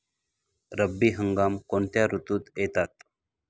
रब्बी हंगाम कोणत्या ऋतूत येतात?